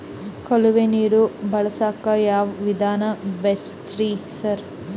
ಕಾಲುವೆ ನೀರು ಬಳಸಕ್ಕ್ ಯಾವ್ ವಿಧಾನ ಬೆಸ್ಟ್ ರಿ ಸರ್?